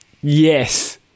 Yes